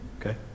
Okay